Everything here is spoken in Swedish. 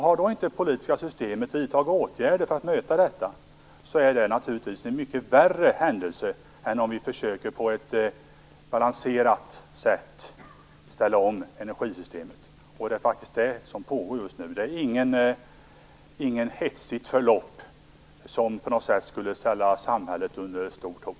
Har det politiska systemet inte vidtagit åtgärder för att möta detta är det naturligtvis en mycket värre händelse än om vi på ett balanserat sätt försöker ställa om energisystemet. Det är faktiskt det som pågår just nu. Det på intet sätt ett hetsigt förlopp som ställer samhället under stort hot.